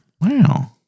Wow